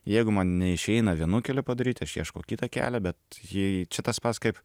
jeigu man neišeina vienu keliu padaryti aš ieškau kito kelio bet jei čia tas pats kaip